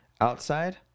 Outside